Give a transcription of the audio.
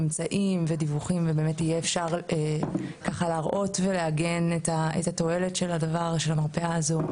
ממצאים ודיווחים שאפשר להראות כדי לעגן את תועלת המרפאה הזו,